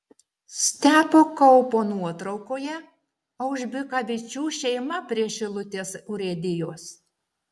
stepo kaupo nuotraukoje aužbikavičių šeima prie šilutės urėdijos